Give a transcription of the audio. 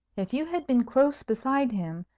if you had been close beside him,